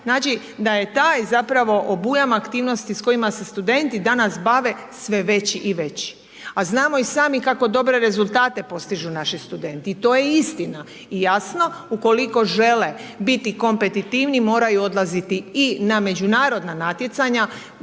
znači da je taj zapravo obujam aktivnosti s kojima se studenti danas bave sve veći i veći. A znamo i samo kako dobre rezultate postižu naši studenti i to je istina i jasno ukoliko žele biti kompetitivni moraju odlaziti i na međunarodna natjecanja